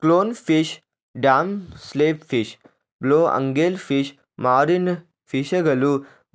clown fish, damselfish, blue angelfish, marine ಫಿಷಗಳು